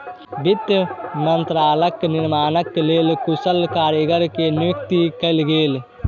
वित्त मंत्रालयक निर्माणक लेल कुशल कारीगर के नियुक्ति कयल गेल